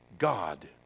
God